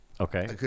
Okay